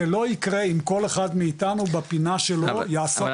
זה לא ייקרה אם כל אחד מאיתנו בפינה שלו יעסוק ב --- אבל